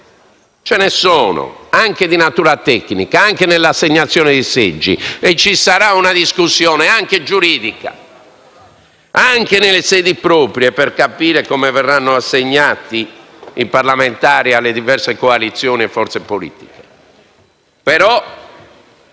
Ce ne sono, anche di natura tecnica, anche nell'assegnazione dei seggi e ci sarà una discussione anche giuridica oltre che nelle sedi proprie, per capire come verranno assegnati i parlamentari alle diverse coalizioni e forze politiche. Voglio